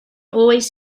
always